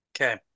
Okay